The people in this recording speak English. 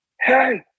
hey